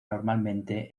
normalmente